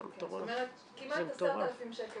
זאת אומרת, כמעט 10,000 שקל לחודש.